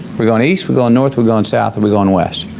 we're going east, we're going north, we're going south, or we going west?